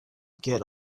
get